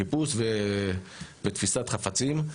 חיפוש ותפיסת חפצים.